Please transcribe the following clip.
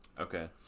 Okay